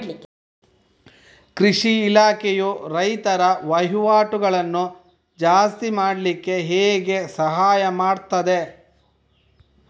ಕೃಷಿ ಇಲಾಖೆಯು ರೈತರ ವಹಿವಾಟುಗಳನ್ನು ಜಾಸ್ತಿ ಮಾಡ್ಲಿಕ್ಕೆ ಹೇಗೆ ಸಹಾಯ ಮಾಡ್ತದೆ?